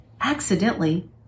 accidentally